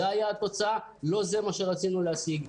זו התוצאה ולא זה מה שרצינו להשיג.